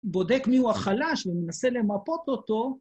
‫בודק מי הוא החלש ומנסה למפות אותו.